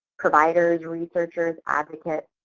providers, researchers, advocates,